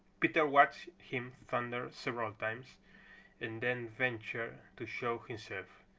peter watched him thunder several times and then ventured to show himself.